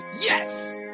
Yes